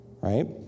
Right